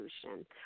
solution